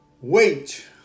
Wait